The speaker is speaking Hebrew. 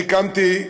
אני קמתי,